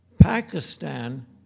Pakistan